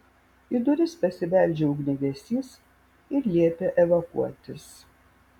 į duris pasibeldžia ugniagesys ir liepia evakuotis